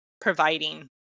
providing